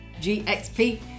GXP